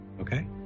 okay